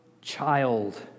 child